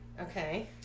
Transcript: Okay